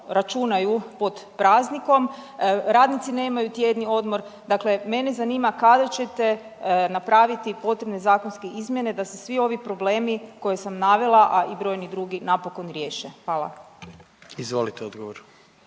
računaju pod praznikom, radnici nemaju tjedni odmor, dakle, mene zanima kada ćete napraviti potrebne zakonske izmjene da se svi ovi problemi koje sam navela, a i brojni drugi napokon riješe? Hvala. **Jandroković,